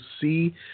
see